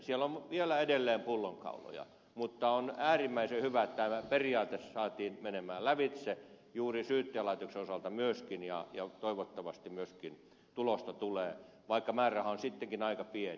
siellä on vielä edelleen pullonkauloja mutta on äärimmäisen hyvä että tämä periaate saatiin menemään lävitse juuri syyttäjälaitoksen osalta myöskin ja toivottavasti myöskin tulosta tulee vaikka määräraha on sittenkin aika pieni